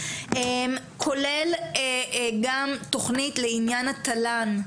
כולל גם תוכנית לעניין התל"ן,